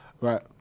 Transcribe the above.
Right